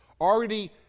already